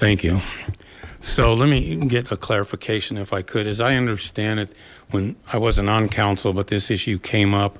thank you so let me get a clarification if i could as i understand it when i was an on council but this issue came up